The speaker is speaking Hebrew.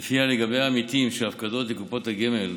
ולפיה, לגבי עמיתים שההפקדות לקופת גמל